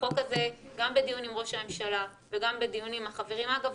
החוק הזה גם בדיון עם ראש הממשלה וגם בדיון עם החברים אגב,